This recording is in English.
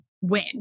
win